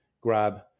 grab